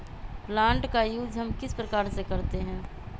Plant का use हम किस प्रकार से करते हैं?